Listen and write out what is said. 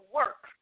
work